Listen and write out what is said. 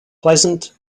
pleasant